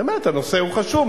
באמת הנושא חשוב.